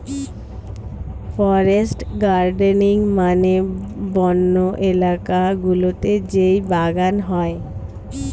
forest gardening মানে বন্য এলাকা গুলোতে যেই বাগান হয়